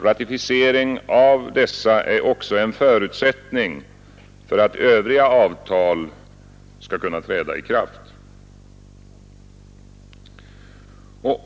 Ratificering av dessa är också en förutsättning för att övriga avtal skall kunna träda i kraft.